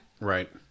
Right